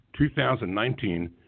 2019